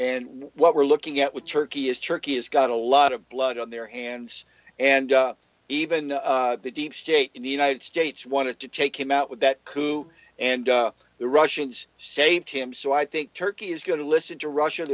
and what we're looking at with turkey is turkey has got a lot of blood on their hands and even the deep state in the united states wanted to take him out with that coup and the russians saved him so i think turkey is going to listen to rus